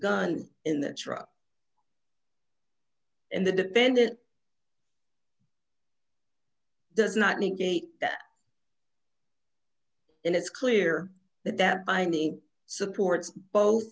gun in the truck and the defendant does not negate that and it's clear that that buying the supports bo